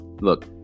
Look